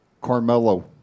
Carmelo